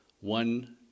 One